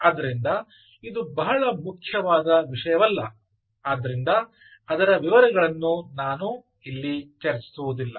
ಆದ್ದರಿಂದ ಇದು ಬಹಳ ಮುಖ್ಯವಾದ ವಿಷಯವಲ್ಲ ಆದ್ದರಿಂದ ಅದರ ವಿವರಗಳನ್ನು ನಾನು ಇಲ್ಲಿ ಚರ್ಚಿಸುವುದಿಲ್ಲ